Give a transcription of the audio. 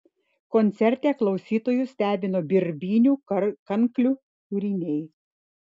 koncerte klausytojus stebino birbynių kanklių kūriniai